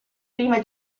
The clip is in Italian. prime